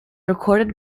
recorded